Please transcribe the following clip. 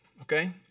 Okay